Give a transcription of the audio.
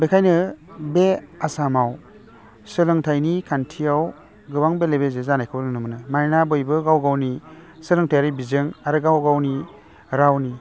बेखायनो बे आसामाव सोलोंथाइनि खान्थियाव गोबां बेले बेजे जानायखौ नुनो मोनो मानोना बयबो गाव गावनि सोलोंथाइयारि बिजों आरो गाव गावनि रावनि